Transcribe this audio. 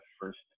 first